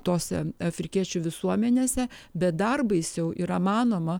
tose afrikiečių visuomenėse bet dar baisiau yra manoma